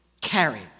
carry